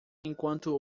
enquanto